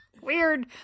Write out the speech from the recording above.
weird